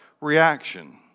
reaction